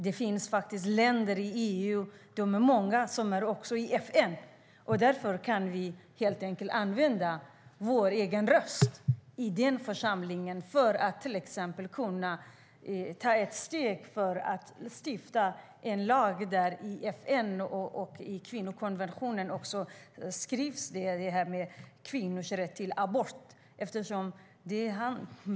Det finns många länder i FN som också är med i EU, och därför kan vi helt enkelt använda vår egen röst i den församlingen för att till exempel kunna ta ett steg mot att stifta en lag i FN och skriva in kvinnors rätt till abort i kvinnokonventionen.